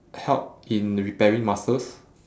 help in repairing muscles